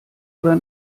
oder